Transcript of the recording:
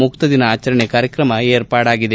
ಮುಕ್ತದಿನ ಆಚರಣೆ ಕಾರ್ಯಕ್ರಮ ವಿರ್ಪಾಡಾಗಿದೆ